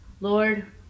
Lord